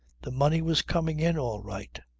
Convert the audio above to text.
the money was coming in all right.